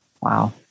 Wow